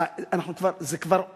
זה יבוא לפתחך.